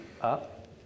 up